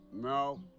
No